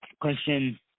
question